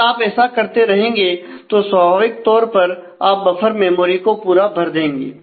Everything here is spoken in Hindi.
अगर आप ऐसा करते रहेंगे तो स्वाभाविक तौर पर आप बफर मेमोरी को पूरा भर देंगे